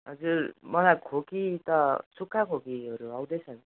हजुर मलाई खोकी त सुख्खा खोकीहरू आउँदै छ